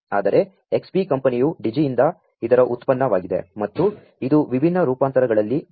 ಆದರೆ Xbee ಕಂ ಪನಿಯು Digi ಯಿಂ ದ ಇದರ ಉತ್ಪನ್ನವಾ ಗಿದೆ ಮತ್ತು ಇದು ವಿಭಿನ್ನ ರೂ ಪಾಂ ತರಗಳಲ್ಲಿ ಬರು ತ್ತದೆ